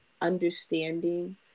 understanding